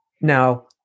Now